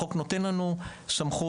החוק נותן לנו סמכות.